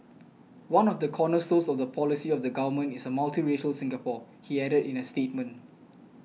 one of the cornerstones of the policy of the Government is a multiracial Singapore he added in a statement